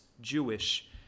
Jewish